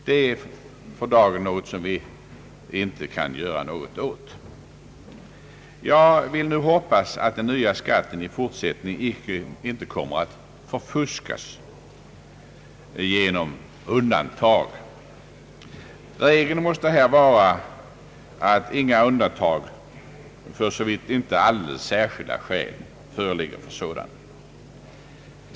Det kan vi emellertid för dagen inte göra någonting åt. Jag vill hoppas att den nya skatten i fortsättningen inte kommer att förfuskas genom undantag. Regeln måste här vara att det inte får förekomma några undantag, såvitt inte alldeles särskilda skäl föreligger för sådana.